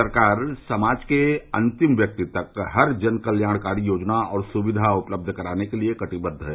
सरकार समाज के अन्तिम व्यक्ति तक हर जन कल्याणकारी योजना और सुक्घा उपलब्ध कराने के लिये कटिबद्द है